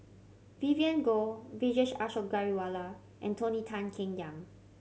Vivien Goh Vijesh Ashok Ghariwala and Tony Tan Keng Yam